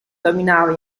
dominava